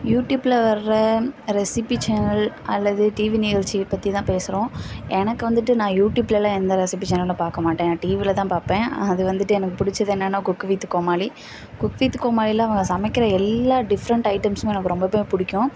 யூடியூபில் வர்ற recipe channel அல்லது டிவி நிகழ்ச்சிய பற்றி தான் பேசுகிறோம் எனக்கு வந்துட்டு நான் யூடியூப்லெலாம் எந்த ரெசிபி சேனலும் பார்க்க மாட்டேன் நான் டிவியில் தான் பார்ப்பேன் அது வந்துட்டு எனக்கு பிடிச்சது என்னன்னா cook with Comali cook with கோமாளியெலாம் அவங்க சமைக்கிற எல்லா டிஃப்ரெண்ட் ஐட்டம்ஸுமே எனக்கு ரொம்பவே பிடிக்கும்